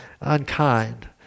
unkind